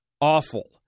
awful